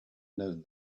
known